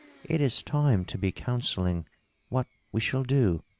it is time to be counselling what we shall do.